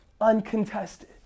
uncontested